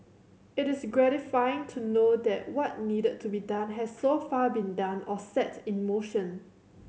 it is gratifying to know that what needed to be done has so far been done or set in motion